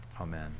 Amen